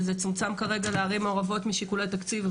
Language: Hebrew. וזה צומצם כרגע לערים מעורבות משיקולי תקציב.